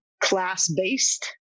class-based